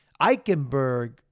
Eichenberg